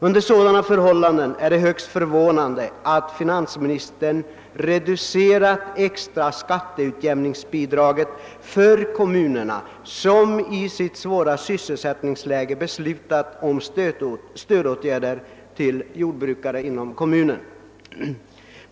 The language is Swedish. Under sådana förhållanden är det högst förvånande att finansministern reducerat det extra skatteutjämningsbidraget för kommuner som i sitt svåra sysselsättningsläge beslutat om stödåtgärder till jordbrukare inom respektive kommun.